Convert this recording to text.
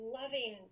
loving